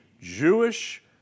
Jewish